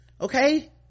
Okay